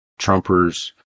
Trumpers